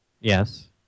Yes